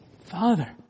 father